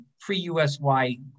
pre-USY